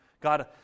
God